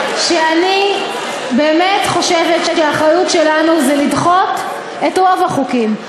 שאני באמת חושבת שהאחריות שלנו היא לדחות את רוב החוקים,